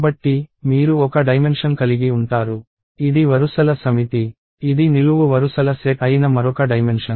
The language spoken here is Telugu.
కాబట్టి మీరు ఒక డైమెన్షన్ కలిగి ఉంటారు ఇది వరుసల సమితి ఇది నిలువు వరుసల సెట్ అయిన మరొక డైమెన్షన్